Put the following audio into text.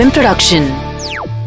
Production